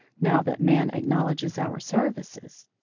now that man acknowledges our services.